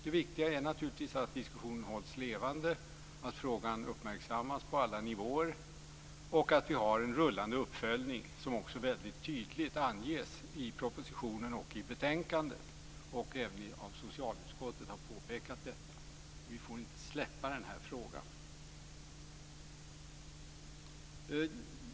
Det viktiga är att diskussionen hålls levande, att frågan uppmärksammas på alla nivåer och att vi har en rullande uppföljning - som tydligt anges i propositionen och betänkandet. Även socialutskottet har påpekat detta. Vi får inte släppa frågan.